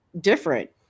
different